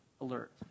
alert